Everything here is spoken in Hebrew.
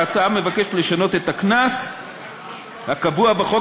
ההצעה מבקשת לשנות את הקנס הקבוע בחוק